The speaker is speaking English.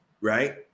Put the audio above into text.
right